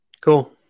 Cool